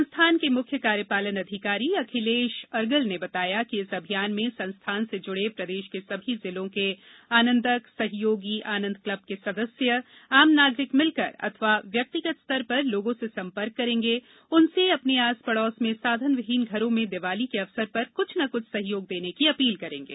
संस्थान के मुख्य कार्यपालन अधिकारी अखिलेश अर्गल ने बताया है कि इस अभियान में संस्थान से जुड़े प्रदेश के सभी जिलों के आनंदक सहयोगी आनंद क्लब के सदस्य आम नागरिक मिलकर अथवा व्यक्तिगत स्तर पर लोगों से संपर्क करेंगे उनसे अपने आस पड़ोस में साधन विहीन घरों में दिवाली के अवसर पर कुछ न कुछ सहयोग देने की अपील करेंगें